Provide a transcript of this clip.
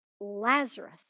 Lazarus